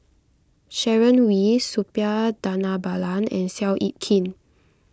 Sharon Wee Suppiah Dhanabalan and Seow Yit Kin